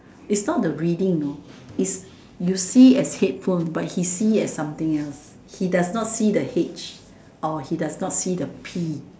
is not the reading you know is you see as headphone but he see as something else he does not see the H or he does not see the P